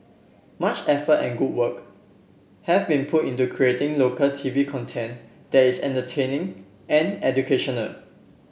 much effort and good work have been put into creating local T V content that is entertaining and educational